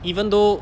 even though